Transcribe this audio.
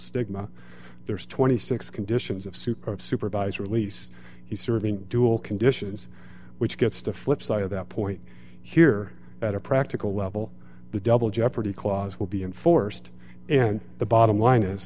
stigma there's twenty six conditions of soup of supervised release he's serving dual conditions which gets the flipside to that point here at a practical level the double jeopardy clause will be enforced and the bottom line is